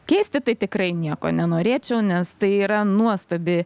keisti tai tikrai nieko nenorėčiau nes tai yra nuostabi